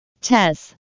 Tess